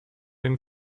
den